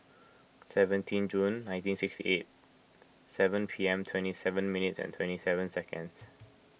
seventeen June nineteen sixty eight seven P M twenty seven minutes and twenty seven seconds